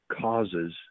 causes